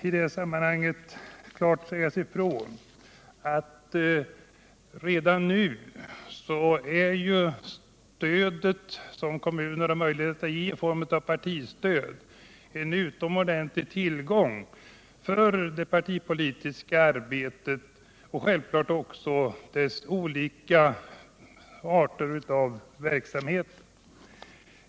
I detta sammanhang bör det klart sägas ifrån att det stöd som kommunerna har möjlighet att ge i form av partistöd utgör en utomordentlig tillgång för det partipolitiska arbetet och dess olika arter av verksamhet.